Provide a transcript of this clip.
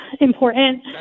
important